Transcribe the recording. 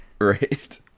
right